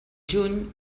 juny